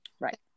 right